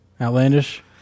Outlandish